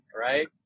right